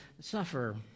suffer